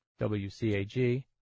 WCAG